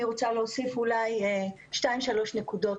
אני רוצה להוסיף שתיים שלוש נקודות.